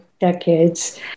Decades